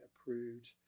approved